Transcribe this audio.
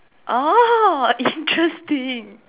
oh interesting